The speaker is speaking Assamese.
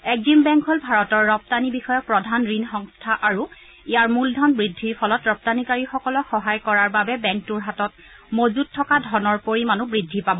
এক্সিম বেংক হ'ল ভাৰতৰ ৰপ্তানি বিষয়ক প্ৰধান ঋণ সংস্থা আৰু ইয়াৰ মূলধন বৃদ্ধিৰ ফলত ৰপ্তানিকাৰীসকলক সহায় কৰাৰ বাবে বেংকটোৰ হাতত মজুত থকা ধনৰ পৰিমাণো বৃদ্ধি পাব